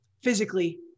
physically